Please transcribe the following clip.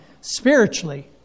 spiritually